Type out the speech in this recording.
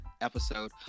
episode